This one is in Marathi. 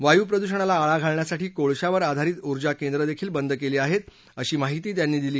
वायू प्रदृषणाला आळा घालण्यासाठी कोळश्यावर आधारित ऊर्जा केंद्र देखील बंद केली आहेत अशी माहिती त्यांनी दिली